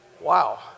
Wow